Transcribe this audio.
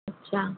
अच्छा